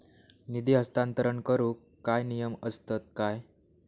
निधी हस्तांतरण करूक काय नियम असतत काय?